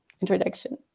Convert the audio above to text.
introduction